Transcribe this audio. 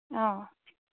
অঁ